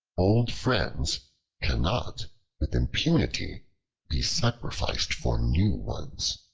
old friends cannot with impunity be sacrificed for new ones.